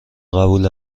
قبول